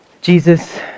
Jesus